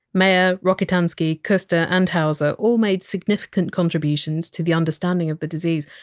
mayer, rokitansky, kuster and hauser all made significant contributions to the understanding of the disease,